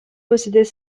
possédait